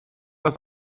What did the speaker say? das